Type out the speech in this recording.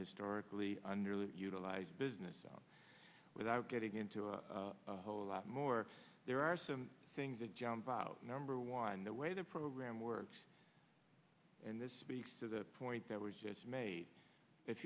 historically under utilized business without getting into a whole lot more there are some things that jumped out number one the way the program works and this speaks to the point that was just made if